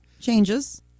Changes